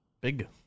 Big